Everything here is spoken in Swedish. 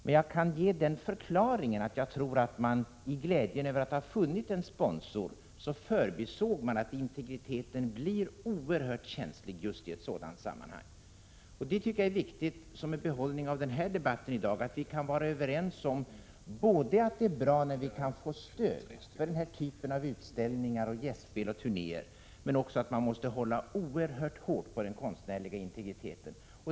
I glädjen över att ha funnit en sponsor förbisåg man troligen att integritetsfrågan blir oerhört känslig i ett sådant sammanhang. En behållning av denna debatt i dag tycker jag är att vi kan vara överens om att det är bra när vi kan få stöd för denna typ av utställningar, gästspel och turnéer, men också att vi måste hålla oerhört hårt på den konstnärliga integriteten.